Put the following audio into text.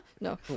No